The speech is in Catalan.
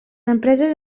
empreses